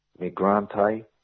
Migrante